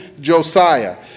Josiah